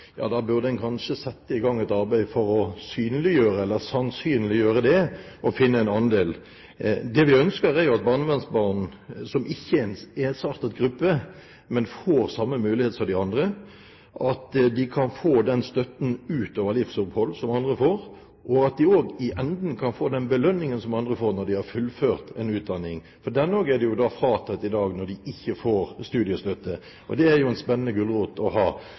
Da burde en kanskje sette i gang et arbeid for å synliggjøre, eller sannsynliggjøre, det og finne en andel. Det vi ønsker, er jo at barnevernsbarn, som ikke er en ensartet gruppe, får samme mulighet som andre, at de kan få støtte utover livsopphold som andre får, og at de også til slutt kan få den belønningen som andre får når de har fullført en utdanning. Den er de også fratatt i dag når de ikke får studiestøtte – og det er jo en spennende gulrot å ha.